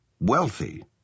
wealthy